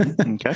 Okay